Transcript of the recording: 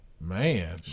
man